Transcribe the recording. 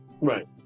Right